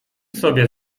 sobie